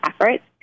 efforts